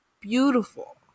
beautiful